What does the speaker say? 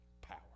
power